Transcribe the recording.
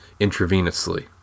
intravenously